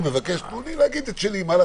תנו לי לומר את שלי.